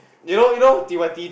sec